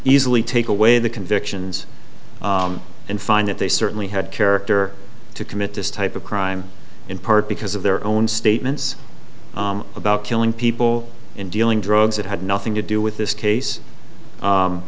easily take away the convictions and find that they certainly had character to commit this type of crime in part because of their own statements about killing people and dealing drugs that had nothing to do with this case